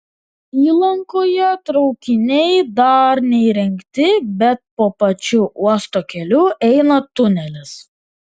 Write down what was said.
įlankoje traukiniai dar neįrengti bet po pačiu uosto keliu eina tunelis